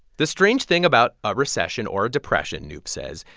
the strange thing about a recession or a depression, knoop says,